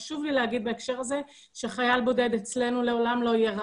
חשוב לי להגיד בהקשר הזה שחייל בודד אצלנו לעולם לא יהיה רעב,